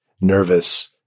nervous